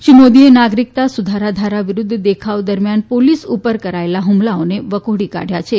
શ્રી મોદીએ નાગરીકતા સુધારા ધારા વિરૂદ્વ દેખાવો દરમ્યાન પોલીસ પર કરાયેલા હુમલાઓને વખોડી કાઢ્યા છે